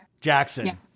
Jackson